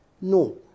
No